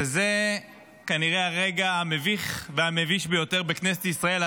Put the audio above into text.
וזה כנראה הרגע המביך והמביש ביותר בכנסת ישראל,